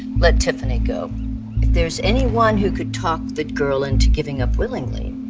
let tiffany go. if there's anyone who could talk that girl into giving up willingly,